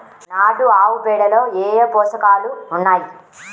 నాటు ఆవుపేడలో ఏ ఏ పోషకాలు ఉన్నాయి?